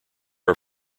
are